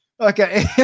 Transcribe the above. okay